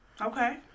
Okay